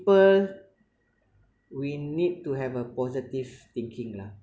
simple we need to have a positive thinking lah